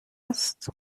است